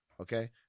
Okay